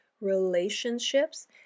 relationships